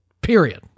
period